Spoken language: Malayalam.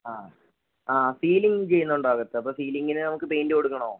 ആ ആ സീലിങ്ങ് ചെയ്യുന്നുണ്ടോ അകത്ത് അപ്പോൾ സീലിങ്ങ്ന് നമുക്ക് പെയ്ൻറ്റ് കൊടുക്കണോ